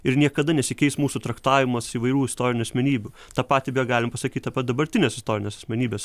ir niekada nesikeis mūsų traktavimas įvairių istorinių asmenybių tą patį beje galim pasakyt apie dabartines istorines asmenybes